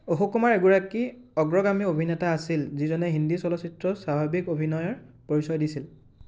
অশোক কুমাৰ এগৰাকী অগ্ৰগামী অভিনেতা আছিল যিজনে হিন্দী চলচিত্ৰত স্বাভাৱিক অভিনয়ৰ পৰিচয় দিছিল